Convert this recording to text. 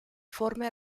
forme